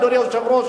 אדוני היושב-ראש,